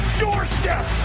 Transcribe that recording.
doorstep